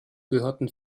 gehörten